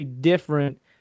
different